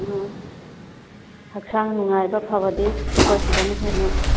ꯑꯥ ꯍꯛꯆꯥꯡ ꯅꯨꯡꯉꯥꯏꯕ ꯐꯕꯗꯤ ꯑꯩꯈꯣꯏ ꯁꯤꯗꯅ ꯍꯦꯟꯅ